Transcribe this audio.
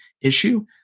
issue